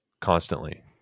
constantly